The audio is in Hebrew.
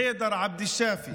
חיידר עבד א-שאפי,